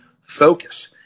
focus